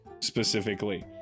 Specifically